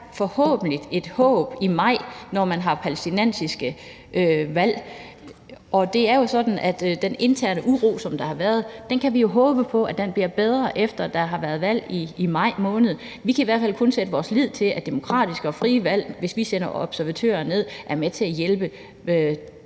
der er et håb i maj, når man har valg i Palæstina. Det er jo sådan, at den interne uro, som der har været, kan vi håbe på bliver mindre, efter at der har været valg i maj måned. Vi kan i hvert fald kun sætte vores lid til, at der bliver afholdt demokratiske og frie valg, og at det, hvis vi sender observatører ned, er med til at hjælpe